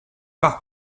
par